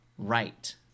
Right